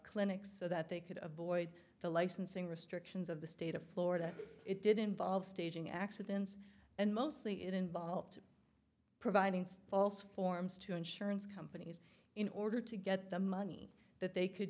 clinics so that they could avoid the licensing restrictions of the state of florida it did involve staging accidents and mostly it involved providing false forms to insurance companies in order to get the money that they could